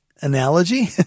analogy